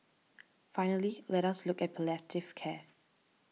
finally let us look at palliative care